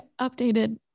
updated